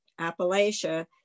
Appalachia